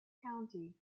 county